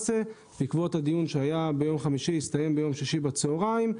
בעקבות הדיון שהיה ביום חמישי והסתיים ביום שישי בצוהריים,